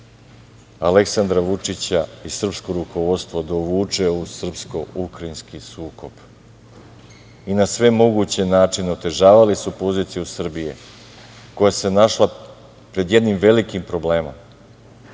Aleksandra Vučića i srpsko rukovodstvo da uvuče u srpsko-ukrajinski sukob. Na sve moguće načine otežavali su položaj Srbije koja se našla pred jednim velikim problemom,